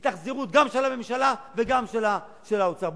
התאכזרות גם של הממשלה וגם של האוצר,